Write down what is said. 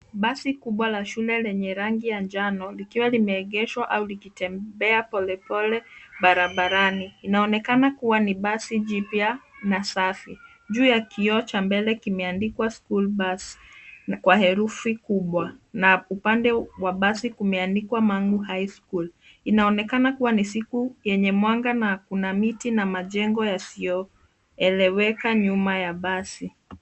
Basi kubwa la shule lenye rangi ya njano likiwa limeegeshwa au likitembea polepole barabarani. Inaonekana kuwa ni basi jipya na safi. Juu ya kioo cha mbele kimeandikwa school bus kwa herufi kubwa. Na upande wa basi kumeandikwa mangu high school. Inaonekana kuwa ni siku yenye mwanga na kuna miti na majengo yasiyoeleweka nyuma ya basi.